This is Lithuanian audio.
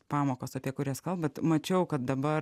pamokas apie kurias kalbat mačiau kad dabar